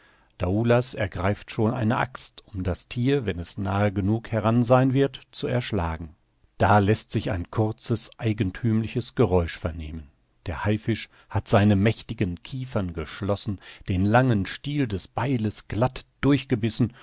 daoulas ergreift schon eine axt um das thier wenn es nahe genug heran sein wird zu erschlagen da läßt sich ein kurzes eigenthümliches geräusch vernehmen der haifisch hat seine mächtigen kiefern geschlossen den langen stiel des beiles glatt durchgebissen